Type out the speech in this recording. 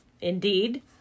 Indeed